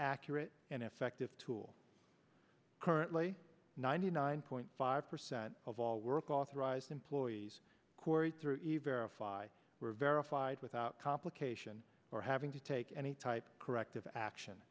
accurate and effective tool currently ninety nine point five percent of all work authorized employees queried through a very were verified without complication or having to take any type corrective action